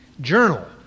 journal